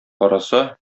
караса